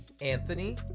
Anthony